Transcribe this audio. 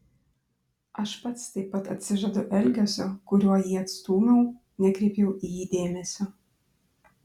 aš pats taip pat atsižadu elgesio kuriuo jį atstūmiau nekreipiau į jį dėmesio